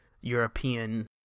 European